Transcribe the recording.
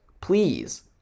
please